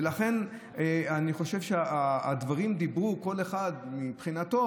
ולכן אני חושב שהדוברים דיברו, כל אחד מבחינתנו